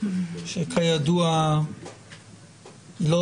שכידוע לא